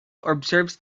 observes